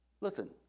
Listen